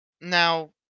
Now